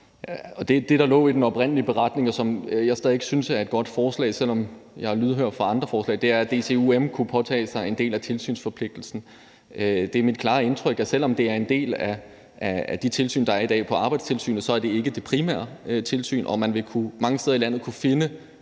Det, der lå i den oprindelige beretning, og som jeg stadig væk synes er et godt forslag, selv om jeg er lydhør over for andre forslag, er, at DCUM kunne påtage sig en del af tilsynsforpligtelsen. Det er mit klare indtryk, at selv om det er en del af de tilsyn, der i dag er hos Arbejdstilsynet, er det ikke det primære tilsyn, og man vil mange steder i landet kunne finde